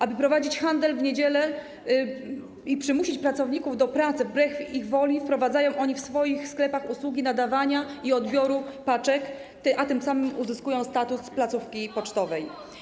Aby prowadzić handel w niedzielę i przymusić pracowników do pracy wbrew ich woli, wprowadzają oni w swoich sklepach usługi nadawania i odbioru paczek, a tym samym uzyskują status placówki pocztowej.